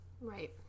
Right